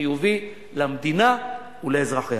חיובי למדינה ולאזרחיה.